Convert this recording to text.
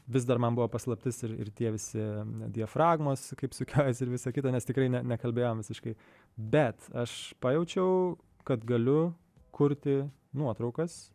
vis dar man buvo paslaptis ir ir tie visi diafragmos kaip sukiojasi ir visa kita nes tikrai nekalbėjom visiškai bet aš pajaučiau kad galiu kurti nuotraukas